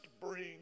bring